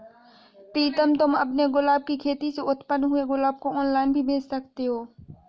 प्रीतम तुम अपने गुलाब की खेती से उत्पन्न हुए गुलाब को ऑनलाइन भी बेंच सकते हो